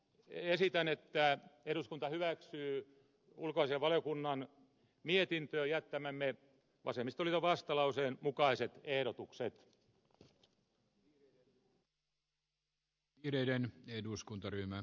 esitän että eduskunta hyväksyy ulkoasiainvaliokunnan mietintöön jättämämme vasemmistoliiton vastalauseen mukaiset ehdotukset